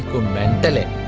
immaculate